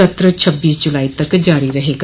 सत्र छब्बीस जुलाई तक जारी रहेगा